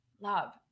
love